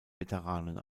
veteranen